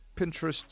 Pinterest